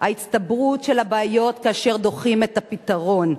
ההצטברות של הבעיות כאשר דוחים את הפתרון.